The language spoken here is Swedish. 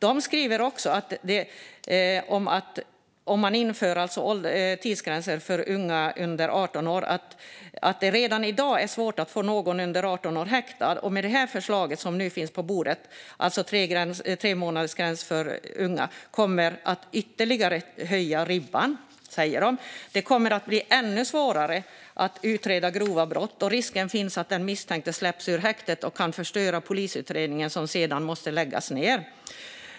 När det gäller att införa tidsgränser för unga under 18 år skrev de att det redan i dag är svårt att få någon under 18 år häktad och att det med det förslag som nu finns på bordet, alltså en tremånadersgräns för unga, blir en ytterligare höjning av ribban och ännu svårare att utreda grova brott och att det finns en risk att misstänkta släpps ur häktet och kan förstöra polisutredningen, som sedan måste läggas ned.